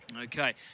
Okay